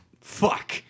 Fuck